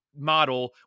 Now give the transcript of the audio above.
model